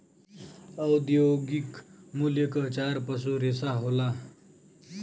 औद्योगिक मूल्य क चार पसू रेसा होला